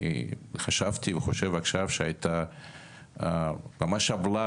חשבתי וחושב גם עכשיו שהייתה ממש עוולה